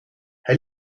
hij